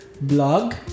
blog